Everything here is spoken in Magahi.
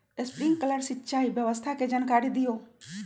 स्प्रिंकलर सिंचाई व्यवस्था के जाकारी दिऔ?